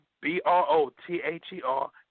B-R-O-T-H-E-R